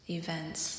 events